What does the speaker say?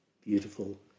beautiful